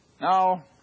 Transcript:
Now